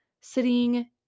sitting